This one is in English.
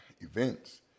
events